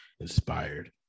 inspired